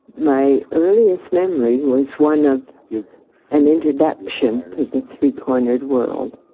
my earliest memory was one of an introduction to the three-cornered world,